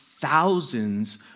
thousands